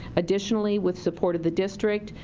additionally, with support of the district,